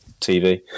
TV